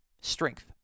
strength